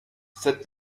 cette